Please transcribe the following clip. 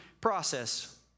process